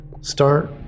start